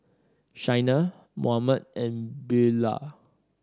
Shaina Mohammed and Beaulah